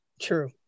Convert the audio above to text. True